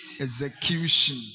execution